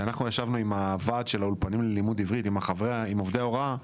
כשאנחנו ישבנו עם הוועד של האולפנים ללימוד עברית עם עובדי ההוראה,